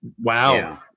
Wow